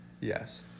Yes